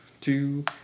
two